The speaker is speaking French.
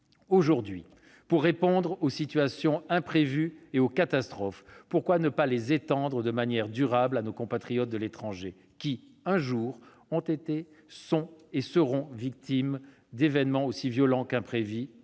aujourd'hui, pour répondre aux situations imprévues et aux catastrophes, pourquoi ne pas les étendre de manière durable à nos compatriotes de l'étranger, qui, un jour, ont été, sont ou seront victimes d'événements aussi violents qu'imprévus